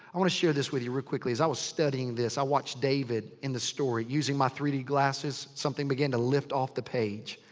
i wanna share this with you real quickly. as i was studying this. i watched david in the story using my three d glasses. something began to lift off the page.